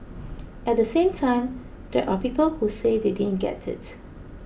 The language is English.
at the same time there are people who say they didn't get it